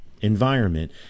environment